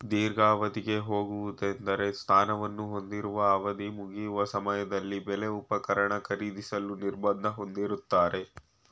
ದೀರ್ಘಾವಧಿಗೆ ಹೋಗುವುದೆಂದ್ರೆ ಸ್ಥಾನವನ್ನು ಹೊಂದಿರುವ ಅವಧಿಮುಗಿಯುವ ಸಮಯದಲ್ಲಿ ಬೆಲೆ ಉಪಕರಣ ಖರೀದಿಸಲು ನಿರ್ಬಂಧ ಹೊಂದಿರುತ್ತಾರೆ